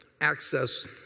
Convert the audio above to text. access